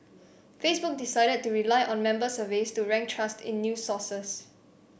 Facebook decided to rely on member surveys to rank trust in news sources